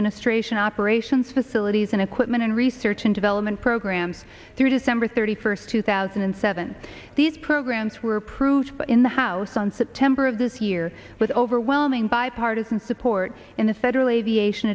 administration operations facilities and equipment and research and development programs through december thirty first two thousand and seven these programs were approved in the house on september of this year with overwhelming bipartisan support in the federal aviation